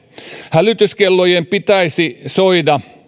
hälytyskellojen pitäisi soida